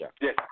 Yes